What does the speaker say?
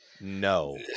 no